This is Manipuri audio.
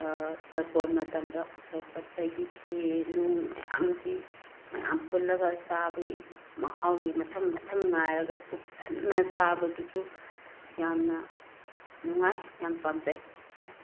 ꯇꯔꯄꯣꯟ ꯃꯇꯝꯗ ꯎꯁꯣꯞ ꯀꯠꯄꯒꯤ ꯈꯦꯔ ꯅꯨꯡ ꯃꯌꯥꯝꯁꯤ ꯃꯌꯥꯝ ꯄꯨꯜꯂꯒ ꯆꯥꯕꯒꯤ ꯃꯍꯥꯎꯖꯦ ꯃꯊꯪ ꯃꯊꯪ ꯉꯥꯏꯔꯒ ꯄꯨꯛ ꯊꯟꯅ ꯆꯥꯕꯗꯨꯁꯨ ꯌꯥꯝꯅ ꯅꯨꯡꯉꯥꯏ ꯌꯥꯝ ꯄꯥꯝꯖꯩ